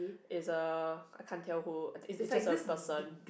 is a I can't tell who is just a person